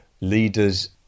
leaders